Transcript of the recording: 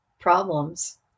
Problems